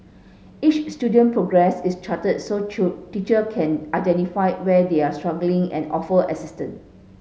each student progress is charted so teacher can identify where they are struggling and offer assistance